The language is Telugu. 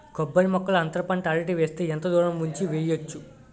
కొబ్బరి మొక్కల్లో అంతర పంట అరటి వేస్తే ఎంత దూరం ఉంచి వెయ్యొచ్చు?